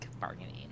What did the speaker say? bargaining